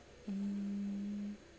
mm